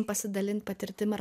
pasidalint patirtim ar